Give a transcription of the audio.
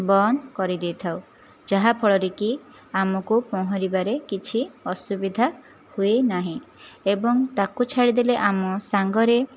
ବନ୍ଦ କରି ଦେଇଥାଉ ଯାହା ଫଳରେ କି ଆମକୁ ପହଁରିବାରେ କିଛି ଅସୁବିଧା ହୁଏ ନାହିଁ ଏବଂ ତାକୁ ଛାଡ଼ିଦେଲେ ଆମ ସାଙ୍ଗରେ